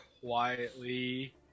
quietly